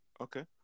Okay